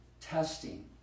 testing